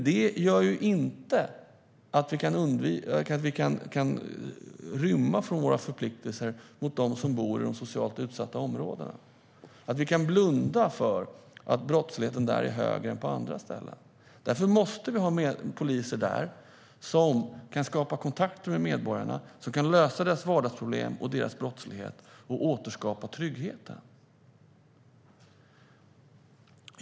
Detta gör dock inte att vi kan rymma från våra förpliktelser mot dem som bor i de socialt utsatta områdena, att vi kan blunda för att brottsligheten där är högre än på andra ställen. Därför måste vi ha mer poliser där som kan skapa kontakter med medborgarna, som kan lösa deras vardagsproblem och brottsligheten och återskapa tryggheten.